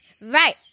Right